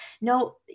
no